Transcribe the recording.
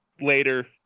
later